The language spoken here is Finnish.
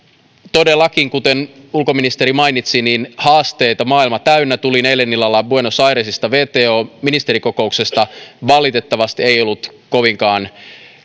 todellakin kuten ulkoministeri mainitsi on haasteita maailma täynnä tulin eilen illalla buenos airesista wto ministerikokouksesta se valitettavasti ei ollut kovinkaan